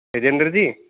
Rajinder ji